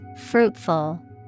Fruitful